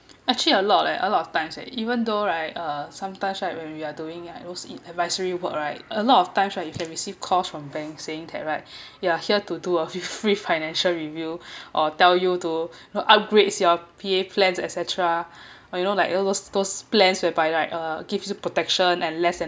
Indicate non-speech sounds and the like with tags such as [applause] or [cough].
actually a lot leh a lot of times even though right uh sometimes right when we are doing like those advisory work right a lot of times right if you can receive calls from bank saying that right you're here to do a [laughs] free financial review or tell you to upgrades your P_A plans etcetera or you know like you those those plans they buy right uh gives you protection and less than